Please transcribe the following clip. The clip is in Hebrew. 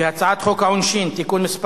שהצעת חוק העונשין (תיקון מס'